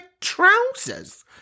trousers